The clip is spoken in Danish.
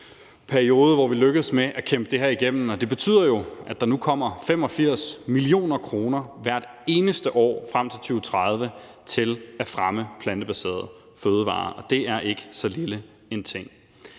Det betyder jo, at der nu kommer 85 mio. kr. hvert eneste år frem til 2030 til at fremme plantebaserede fødevarer, og det er ikke så lille en ting.